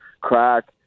crack